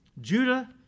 Judah